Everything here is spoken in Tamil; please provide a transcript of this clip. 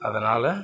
அதனால்